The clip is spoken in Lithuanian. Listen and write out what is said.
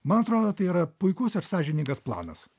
man atrodo tai yra puikus ir sąžiningas planas